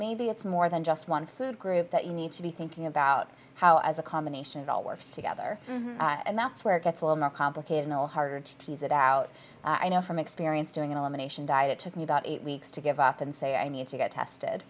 maybe it's more than just one food group that you need to be thinking about how as a combination of all works together and that's where it gets a little more complicated no harder to tease it out i know from experience doing an elimination diet it took me about eight weeks to give up and say i need to get tested